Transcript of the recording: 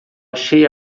achei